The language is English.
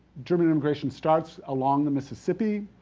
german immigration starts along the mississippi,